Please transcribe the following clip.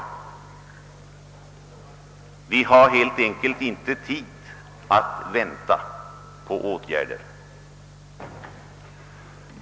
Vi har helt enkelt inte tid att vänta med åtgärder.